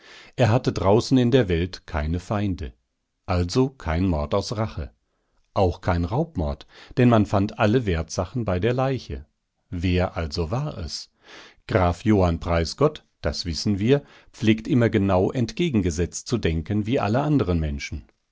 er hatte draußen in der welt keine feinde also kein mord aus rache auch kein raubmord denn man fand alle wertsachen bei der leiche wer also war es graf johann preisgott das wissen wir pflegt immer genau entgegengesetzt zu denken wie alle anderen menschen